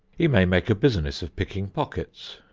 he may make a business of picking pockets.